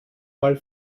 mal